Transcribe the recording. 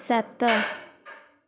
ସାତ